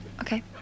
Okay